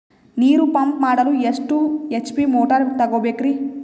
ನೀರು ಪಂಪ್ ಮಾಡಲು ಎಷ್ಟು ಎಚ್.ಪಿ ಮೋಟಾರ್ ತಗೊಬೇಕ್ರಿ?